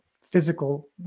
physical